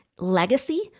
legacy